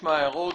נשמע הערות.